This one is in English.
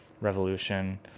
revolution